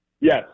Yes